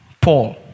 Paul